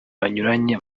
banyuranye